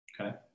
Okay